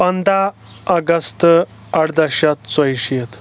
پنٛداہ اگست اَرداہ شیٚتھ ژۄیہِ شیٖتھ